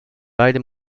beide